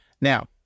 Now